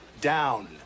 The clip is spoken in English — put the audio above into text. down